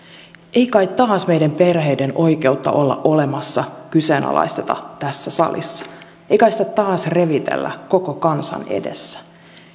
ei kai taas meidän perheiden oikeutta olla olemassa kyseenalaisteta tässä salissa ei kai sitä taas revitellä koko kansan edessä